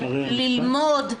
ללמוד,